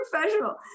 Professional